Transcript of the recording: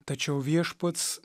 tačiau viešpats